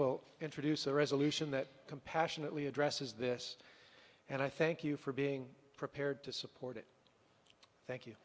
will introduce a resolution that compassionately addresses this and i thank you for being prepared to support it thank you